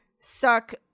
suck